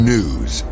News